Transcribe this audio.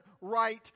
right